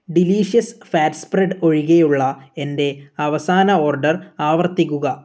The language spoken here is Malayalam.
ഡിലീഷ്യസ് ഫാറ്റ് സ്പ്രെഡ് ഒഴികെയുള്ള എന്റെ അവസാന ഓർഡർ ആവർത്തിക്കുക